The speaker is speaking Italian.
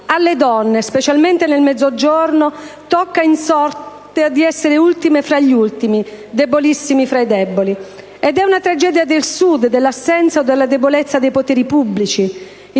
Alle donne, specialmente nel Mezzogiorno, tocca in sorte di essere ultime fra gli ultimi, debolissime fra i deboli. È una tragedia del Sud, dell'assenza e della debolezza dei poteri pubblici.